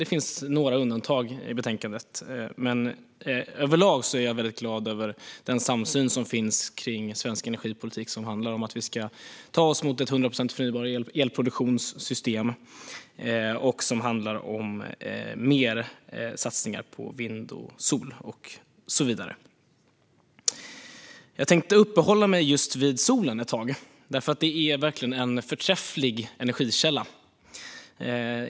Det finns några undantag, men överlag är jag glad över den samsyn som finns i svensk energipolitik och som handlar om att vi ska ta oss mot ett system med 100 procent förnybar elproduktion och mer satsningar på vind, sol och så vidare. Jag tänkte uppehålla mig just vid solen. Den är nämligen en förträfflig energikälla.